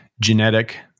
genetic